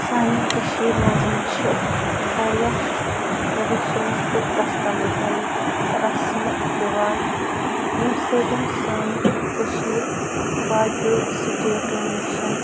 سانہِ کٔشیٖر منٛز چھِ واریاہ ٹرڈِشَنٕز تہِ کَسٹَمٕز یعنی کہِ رَسمہٕ رواج ییٚمہِ سۭتۍ سٲنۍ کٔشیٖر باقیو سِٹیٹَو نِش